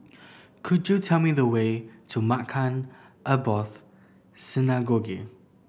could you tell me the way to Maghain Aboth Synagogue